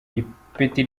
ipeti